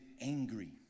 angry